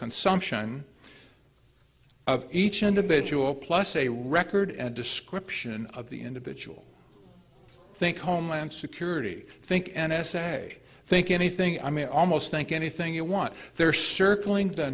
consumption of each individual plus a record and description of the individual think homeland security think n s a think anything i mean i almost think anything you want they're circling the